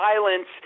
violence